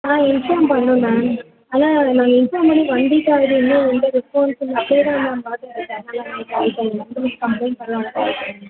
ஆ inform பண்ணிணோம் ma'am ஆனால் அதை நாங்கள் இன்ஃபார்ம் பண்ணி ஒன் வீக் ஆகுது இன்னும் எந்த ரெஸ்பான்ஸும் இல்லை அப்படியே தான் மேம் பாட்டில் உள்ள தண்ணியெல்லாம் கம்ப்ளைண்ட் பண்ணலான்னு கால் பண்ணிணேன் மேம்